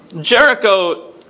Jericho